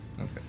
Okay